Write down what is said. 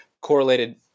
correlated